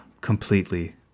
Completely